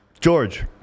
George